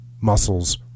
muscles